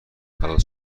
خلاص